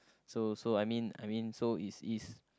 so so I mean I mean so is is